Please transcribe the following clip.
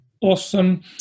Awesome